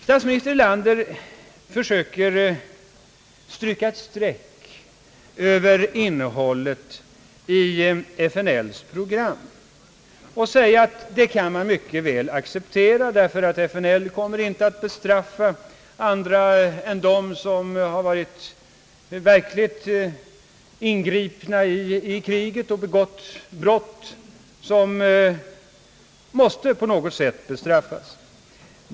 Statsminister Erlander försöker stryka ett streck över innehållet i FNL:s program och framhåller att man mycket väl kan acceptera det. FNL kommer inte att bestraffa andra än de personer som verkligen har deltagit i kriget och begått brott som på något sätt måste bestraffas.